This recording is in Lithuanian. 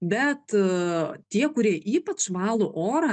bet tie kurie ypač valo orą